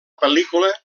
pel·lícula